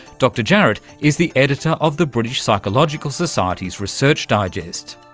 dr jarrett is the editor of the british psychological society's research digest.